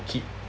keep